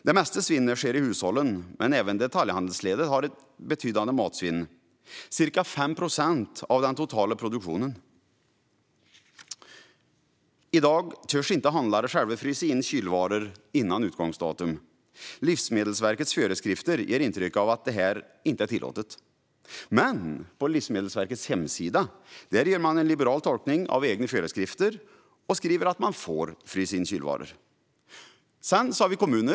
Det mesta svinnet sker i hushållen, men även detaljhandelsledet har ett betydande matsvinn: ca 5 procent av den totala produktionen. I dag törs inte handlare själva frysa in kylvaror före utgångsdatum. Livsmedelsverkets föreskrifter ger intrycket att detta inte är tillåtet. Men på Livsmedelsverkets hemsida gör man en liberal tolkning av sina egna föreskrifter och skriver att kylvaror får frysas in.